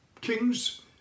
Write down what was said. kings